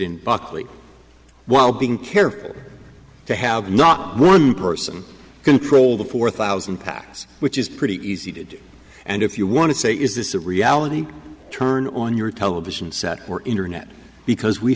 while being careful to have not one person control the four thousand packs which is pretty easy to do and if you want to say is this a reality turn on your television set or internet because we